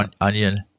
onion